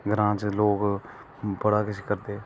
ग्रां च लोक बड़ा किश करदे